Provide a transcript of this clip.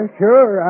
sure